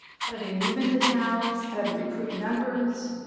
how do they move into towns? how do they recruit members?